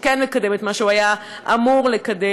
שמקדם את מה שהוא היה אמור לקדם,